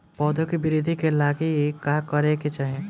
पौधों की वृद्धि के लागी का करे के चाहीं?